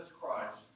Christ